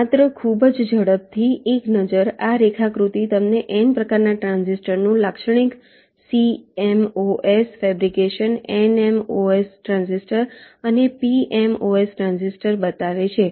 માત્ર ખૂબ જ ઝડપ થી એક નજર આ રેખાકૃતિ તમને N પ્રકારના ટ્રાન્ઝિસ્ટર નું લાક્ષણિક CMOS ફેબ્રિકેશન NMOS ટ્રાન્ઝિસ્ટર અને PMOS ટ્રાન્ઝિસ્ટર બતાવે છે